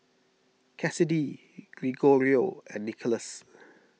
Kassidy Gregorio and Nicholas